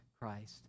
christ